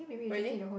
really